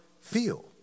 feel